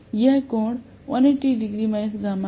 यह कोण 180 γ है